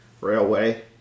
Railway